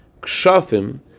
kshafim